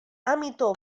amito